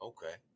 Okay